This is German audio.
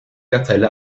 gazelle